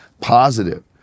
positive